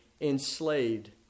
enslaved